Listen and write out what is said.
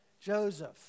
Joseph